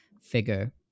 figure